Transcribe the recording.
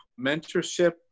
Mentorship